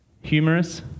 humorous